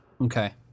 okay